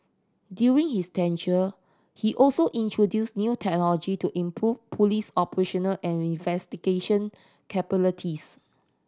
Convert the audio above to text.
during his tenure he also introduced new technology to improve police operational and investigation capabilities